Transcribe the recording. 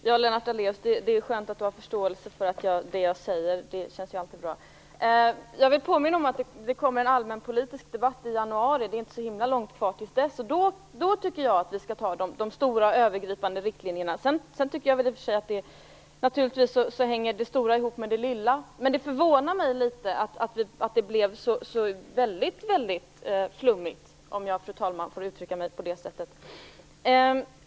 Fru talman! Det är skönt att Lennart Daléus har förståelse för det jag säger. Det känns alltid bra. Jag vill påminna om att det kommer en allmänpolitisk debatt i januari. Det är inte så himla lång tid kvar tills dess. Då tycker jag att vi skall diskutera de stora övergripande riktlinjerna. Naturligtvis hänger det stora ihop med det lilla, men det förvånar mig att det blev så väldigt flummigt, om jag får uttrycka mig på det sättet, fru talman.